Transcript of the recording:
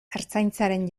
ertzaintzaren